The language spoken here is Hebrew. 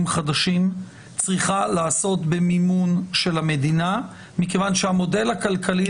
חדשים צריכה להיעשות במימון המדינה כיוון שהמודל הכלכלי